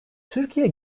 türkiye